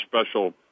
special